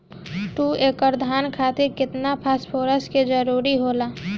दु एकड़ धान खातिर केतना फास्फोरस के जरूरी होला?